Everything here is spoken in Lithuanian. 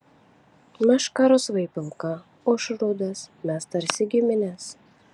meška rusvai pilka ūš rudas mes tarsi giminės